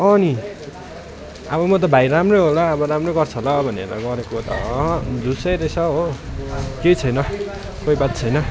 अँ नि अब म त भाइ राम्रो होला अब राम्रै गर्छ होला भनेर गरेको त अहँ झुसे रहेछ हो केही छैन कोही बात छैन